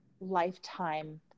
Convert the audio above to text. lifetime